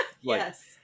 Yes